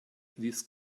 these